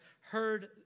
heard